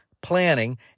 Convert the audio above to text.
planning